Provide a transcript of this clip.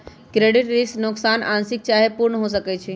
credit risk नोकसान आंशिक चाहे पूर्ण हो सकइ छै